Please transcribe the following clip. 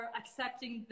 accepting